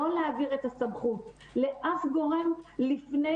לא להעביר את הסמכות לאף גורם לפני